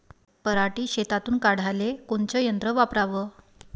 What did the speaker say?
पराटी शेतातुन काढाले कोनचं यंत्र वापराव?